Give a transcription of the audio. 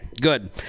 good